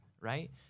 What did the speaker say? right